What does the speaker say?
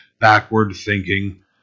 backward-thinking